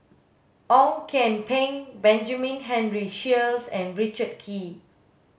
Ong Kian Peng Benjamin Henry Sheares and Richard Kee